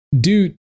dude